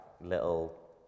little